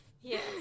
Yes